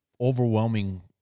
overwhelming